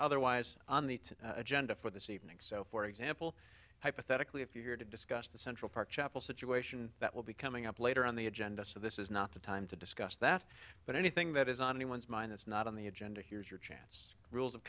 the agenda for this evening so for example hypothetically if you are to discuss the central park chapel situation that will be coming up later on the agenda so this is not the time to discuss that but anything that is on anyone's mind is not on the agenda here is your chance rules